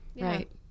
Right